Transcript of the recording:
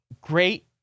great